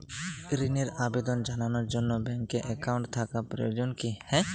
ঋণের আবেদন জানানোর জন্য ব্যাঙ্কে অ্যাকাউন্ট থাকা প্রয়োজন কী?